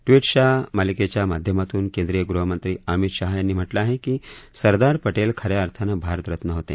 टविट्रच्या मालिकेच्या माध्यमातून केंद्रीय गृहमंत्री अमित शहा यांनी म्हटलं आहे की सरदार पटेल खऱ्या अर्थानं भारत रत्न होते